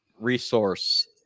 resource